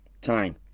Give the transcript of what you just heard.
time